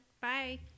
Bye